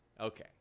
okay